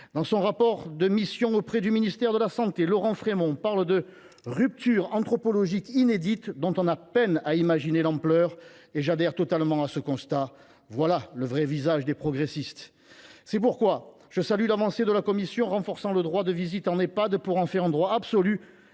Dans son rapport de mission auprès du ministre des solidarités, Laurent Frémont parle de « ruptures anthropologiques inédites […] dont on a peine à imaginer l’ampleur ». Je partage totalement ce constat. Voilà le vrai visage des progressistes ! C’est pourquoi je salue l’avancée de la commission renforçant le droit de visite en Ehpad pour en faire un droit absolu,